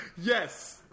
Yes